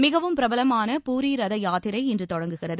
மிகவும் பிரபலமான பூரி ரத யாத்திரை இன்று தொடங்குகிறது